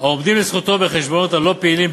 העומדים לזכותו בחשבונות הלא-פעילים.